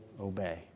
obey